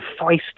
feisty